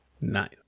Nice